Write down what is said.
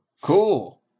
Cool